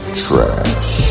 trash